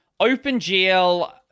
OpenGL